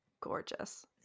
Gorgeous